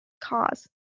cause